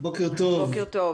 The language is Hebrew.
בוקר טוב.